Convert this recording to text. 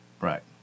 Right